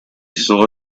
saw